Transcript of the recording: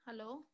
Hello